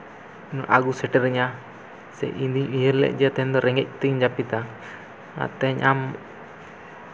ᱟᱹᱜᱩ ᱥᱮᱴᱮᱨᱤᱧᱟ ᱥᱮ ᱤᱧᱫᱩᱧ ᱩᱭᱦᱟᱹᱨ ᱞᱮᱫᱼᱟ ᱤᱧᱫᱚ ᱨᱮᱸᱜᱮᱡ ᱛᱤᱧ ᱡᱟᱹᱯᱤᱫᱟ ᱛᱮᱦᱮᱧ ᱟᱢ